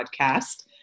podcast